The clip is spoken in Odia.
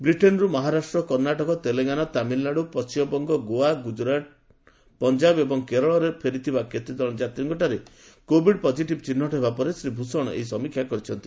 ବ୍ରିଟେନ୍ରୁ ମହାରାଷ୍ଟ୍ର କର୍ଷ୍ଣାଟକ ତେଲଙ୍ଗାନା ତାମିଲ୍ନାଡୁ ପଣ୍ଟିମବଙ୍ଗ ଗୋଆ ପଞ୍ଜାବ ଗୁଜୁରାଟ୍ ଏବଂ କେରଳ ଫେରିଥିବା କେତେ ଜଣ ଯାତ୍ରୀଙ୍କଠାରେ କୋଭିଡ୍ ପକିଟିଭ୍ ଚିହ୍ନଟ ହେବା ପରେ ଶ୍ରୀ ଭୂଷଣ ଏହି ସମୀକ୍ଷା କରିଛନ୍ତି